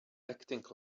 acting